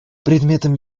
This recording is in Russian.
предметом